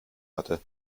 hatte